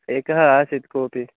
एकः आसीत् कोपि